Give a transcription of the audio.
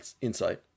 insight